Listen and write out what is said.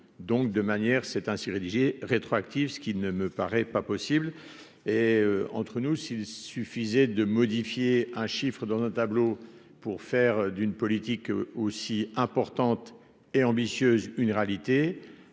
donc de manière c'est ainsi rédigé rétroactif, ce qui ne me paraît pas possible. Et entre nous, s'il suffisait de modifier un chiffre dans un tableau pour faire d'une politique aussi importante et ambitieuse, une réalité,